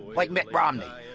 like mitt romney.